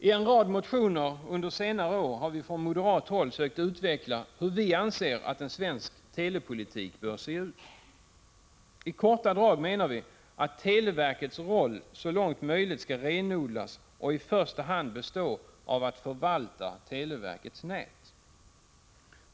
I en rad motioner under senare år har vi från moderat håll sökt utveckla hur vi anser att en svensk telepolitik bör se ut. I korta drag menar vi att televerkets roll så långt möjligt skall renodlas och i första hand bestå av att förvalta televerkets nät.